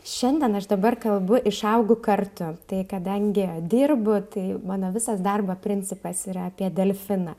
šiandien aš dabar kalbu išaugu kartu tai kadangi dirbu tai mano visas darbo principas yra apie delfiną